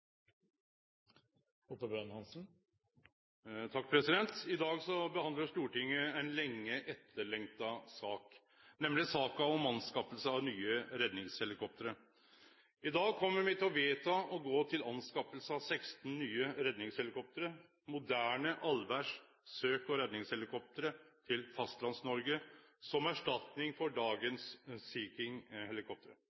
på inntil 3 minutter. – Det anses vedtatt. I dag behandlar me ei lenge etterlengta sak, nemleg saka om anskaffing av nye redningshelikopter. I dag kjem me til å vedta å gå til anskaffing av 16 nye redningshelikopter, moderne, allvêrs søk- og redningshelikopter til Fastlands-Noreg, som erstatning for